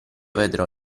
vedrò